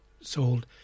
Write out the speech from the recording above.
sold